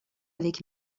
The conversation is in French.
avec